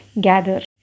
gather